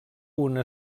una